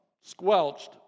squelched